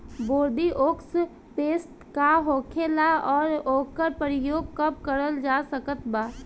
Bordeaux paste का होखेला और ओकर प्रयोग कब करल जा सकत बा?